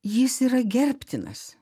jis yra gerbtinas